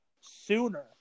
sooner